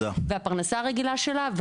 הפרנסה הרגילה שלה,